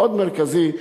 מאוד מרכזי,